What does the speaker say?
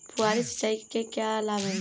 फुहारी सिंचाई के क्या लाभ हैं?